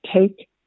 take